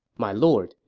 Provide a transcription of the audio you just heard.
my lord,